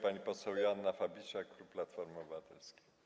Pani poseł Joanna Fabisiak, klub Platformy Obywatelskiej.